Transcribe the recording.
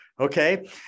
Okay